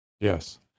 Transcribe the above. Yes